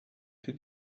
did